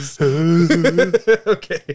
Okay